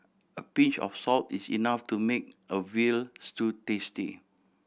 a pinch of salt is enough to make a veal stew tasty